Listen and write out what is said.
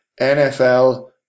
NFL